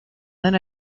dan